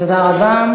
תודה רבה.